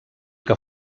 que